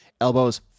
elbows